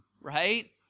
right